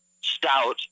stout